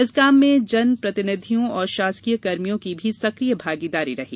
इस काम में जन प्रतिनिधियों और शासकीय कर्मियों की भी सक्रिय भागीदारी रही